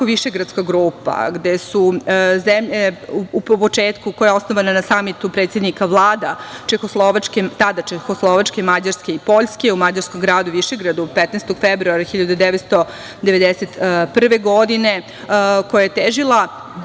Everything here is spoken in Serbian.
višegradska grupa, gde su zemlje u početku, koja je osnovana na Samitu predsednika Vlada Čekoslovačke, tada Čekoslovačke, Mađarske i Poljske. U Mađarskom gradu Višegradu 15. februara 1991. godine, koja je težila dubljoj